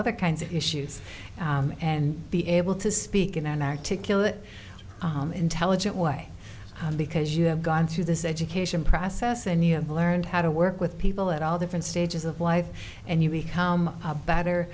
other kinds of issues and be able to speak in an articulate intelligent way because you have gone through this education process and you have learned how to work with people at all different stages of life and you become a better